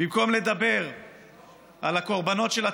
במקום לדבר על הקורבנות של הטרור,